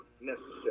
necessary